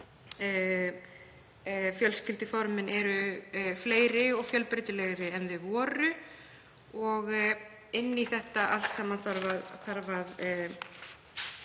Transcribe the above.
fjölskylduformin eru fleiri og fjölbreytilegri en þau voru og inn í þetta allt saman þarf um